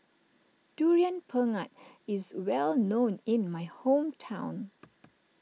Durian Pengat is well known in my hometown